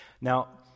Now